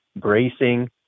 bracing